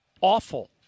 awful